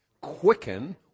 Quicken